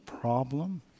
problem